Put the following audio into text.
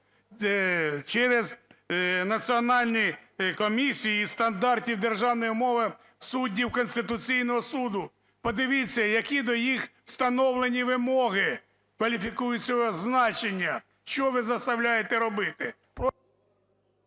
через Національну комісію зі стандартів державної мови суддів Конституційного Суду. Подивіться, які до них встановлені вимоги кваліфікуючого значення. Що ви заставляєте робити…